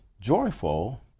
joyful